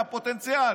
מהפוטנציאל.